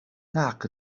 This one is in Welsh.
nac